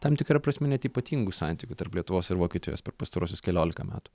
tam tikra prasme net ypatingu santykiu tarp lietuvos ir vokietijos per pastaruosius keliolika metų